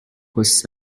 costs